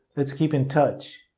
let's keep in touch.